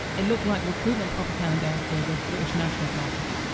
it looked like recruitment propaganda for the british national party.